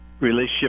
relationship